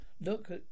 Look